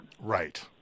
Right